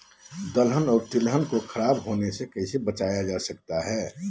दलहन और तिलहन को खराब होने से कैसे बचाया जा सकता है?